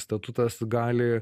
statutas gali